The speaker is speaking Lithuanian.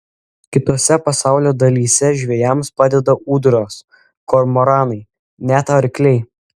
kitose pasaulio dalyse žvejams padeda ūdros kormoranai net arkliai